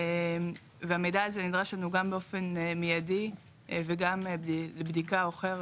המידע הזה נדרש לנו גם באופן מיידי וגם לבדיקה אוחרת,